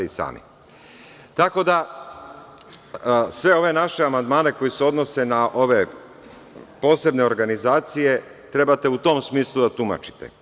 Sve ove naše amandmane koji se odnose na ove posebne organizacije treba u tom smislu da tumačite.